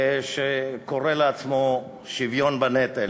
שקורא לעצמו שוויון בנטל.